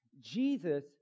Jesus